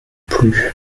plus